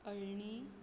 अळणी